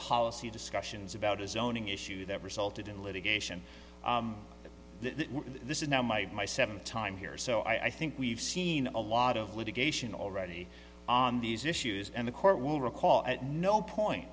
policy discussions about a zoning issue that resulted in litigation that this is now my my seventh time here so i think we've seen a lot of litigation already on these issues and the court will recall at no point